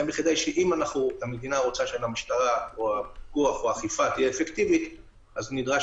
אם המדינה רוצה שהפיקוח והאכיפה יהיו אפקטיביים נדרשים